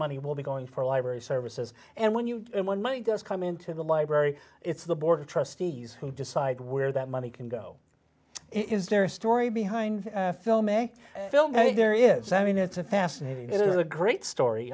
money will be going for library services and when you when money does come into the library it's the board of trustees who decide where that money can go is there a story behind film a film there is i mean it's a fascinating it is a great story